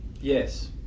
Yes